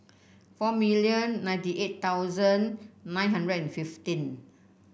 four million ninety eight thousand nine hundred and fifteen